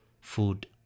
food